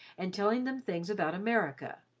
and telling them things about america.